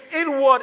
inward